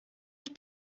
ich